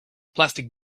plastic